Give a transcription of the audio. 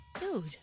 Dude